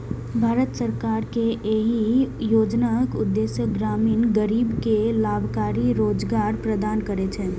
भारत सरकार के एहि योजनाक उद्देश्य ग्रामीण गरीब कें लाभकारी रोजगार प्रदान करना रहै